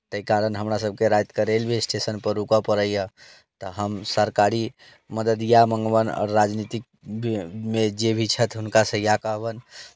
ताहि कारण हमरासभके रातिके रेलवे स्टेशनपर रूकय पड़ैए तऽ हम सरकारी मदद इएह मङ्गबनि आओर राजनीतिक भी मे जे भी छथि हुनकासँ तऽ इएह कहबनि